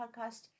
podcast